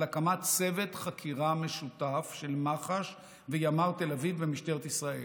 הקמת צוות חקירה משותף של מח"ש וימ"ר תל אביב במשטרת ישראל.